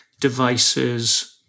devices